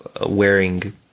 wearing